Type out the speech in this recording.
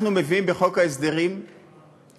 אנחנו מביאים בחוק ההסדרים תיקון,